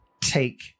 take